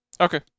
Okay